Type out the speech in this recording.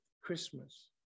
Christmas